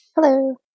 Hello